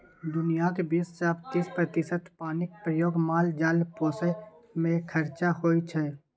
दुनियाँक बीस सँ तीस प्रतिशत पानिक प्रयोग माल जाल पोसय मे खरचा होइ छै